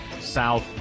South